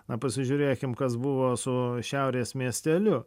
na pasižiūrėkim kas buvo su šiaurės miesteliu